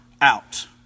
out